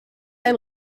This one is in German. ein